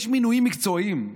יש מינויים מקצועיים.